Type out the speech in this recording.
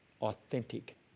authentic